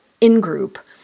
in-group